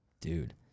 Dude